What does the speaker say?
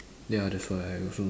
ya that's why I also don't